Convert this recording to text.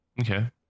okay